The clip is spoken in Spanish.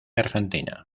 argentina